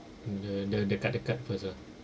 the the dekat-dekat first ah